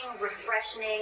refreshing